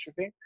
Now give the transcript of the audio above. dystrophy